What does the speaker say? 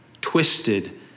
twisted